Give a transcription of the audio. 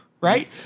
Right